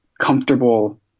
comfortable